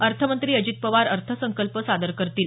अर्थमंत्री अजित पवार अर्थसंकल्प सादर करतील